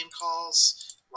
calls